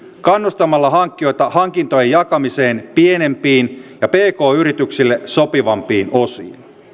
kannustamalla hankkijoita hankintojen jakamiseen pienempiin ja pk yrityksille sopivampiin osiin